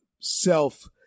self